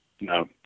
No